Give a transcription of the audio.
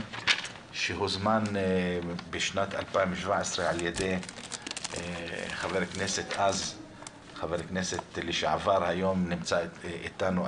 שהוזמן בשנת 2017 על-ידי חבר הכנסת דאז והיום נמצא אתנו,